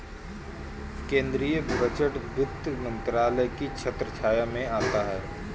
केंद्रीय बजट वित्त मंत्रालय की छत्रछाया में आता है